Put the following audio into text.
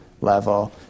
level